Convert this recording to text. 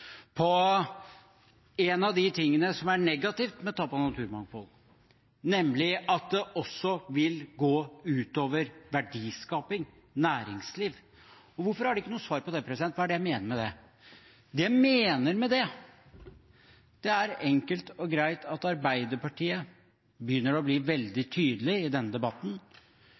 på en av de tingene som er negativt med tap av naturmangfold, nemlig at det også vil gå ut over verdiskaping, næringsliv. Og hvorfor har de ikke noe svar på det – hva mener jeg med det? Det jeg mener med det, er enkelt og greit at Arbeiderpartiet begynner å bli veldig tydelige i denne debatten